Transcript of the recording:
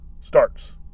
starts